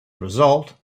result